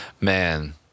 man